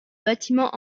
bâtiments